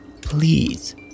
please